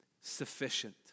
sufficient